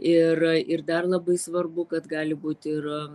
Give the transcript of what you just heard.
ir ir dar labai svarbu kad gali būti ir